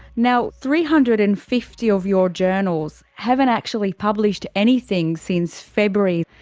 now, three hundred and fifty of your journals haven't actually published anything since february.